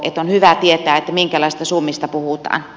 on hyvä tietää minkälaisista summista puhutaan